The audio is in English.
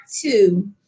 two